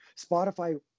Spotify